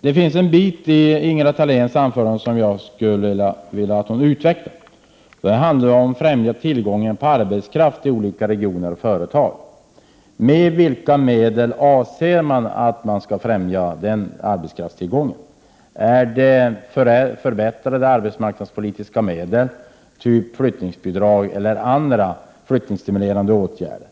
det finns ett område i Ingela Thaléns anförande som jag skulle vilja att hon utvecklar närmare. Det handlar om att främja tillgången på arbetskraft i olika regioner och företag. Med vilka medel avser man att främja den arbetskraftstillgången? Avser man att använda förbättrade arbetsmarknadspolitiska åtgärder, av typen flyttningsbidrag eller andra flyttningsstimulerande åtgärder?